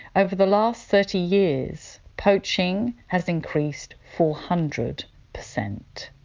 over the last thirty years, poaching has increased four hundred percent.